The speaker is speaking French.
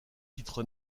titre